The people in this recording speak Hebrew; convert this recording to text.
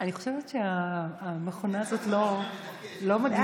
אני חושבת שהמכונה הזאת לא מגיבה לי.